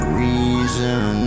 reason